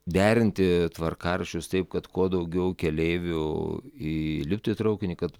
derinti tvarkaraščius taip kad kuo daugiau keleivių įliptų į traukinį kad